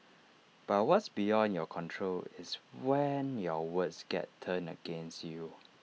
but what's beyond your control is when your words get turned against you